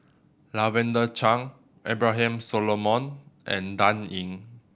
Lavender Chang Abraham Solomon and Dan Ying